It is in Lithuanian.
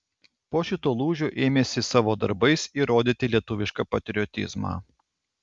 po šito lūžio ėmėsi savo darbais įrodyti lietuvišką patriotizmą